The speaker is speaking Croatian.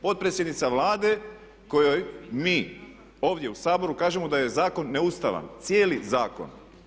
Potpredsjednica Vlade kojoj mi ovdje u Saboru kažemo da je zakon neustavan, cijeli zakon.